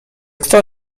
kto